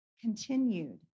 continued